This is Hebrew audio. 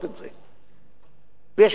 ויש מחלוקת בין הפוסקים,